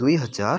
ଦୁଇ ହଜାର